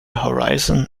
horizon